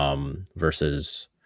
versus